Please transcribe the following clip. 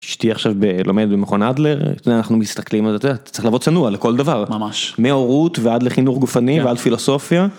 אשתי עכשיו לומדת במכון אדלר אנחנו מסתכלים על זה צריך לבוא צנוע לכל דבר, ממש, מהורות ועד לחינוך גופני ועד פילוסופיה.